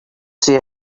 say